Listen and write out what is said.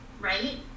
right